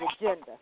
agenda